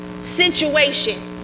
situation